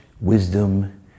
wisdom